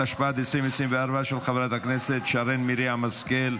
התשפ"ד 2024, של חברת הכנסת שרן מרים השכל.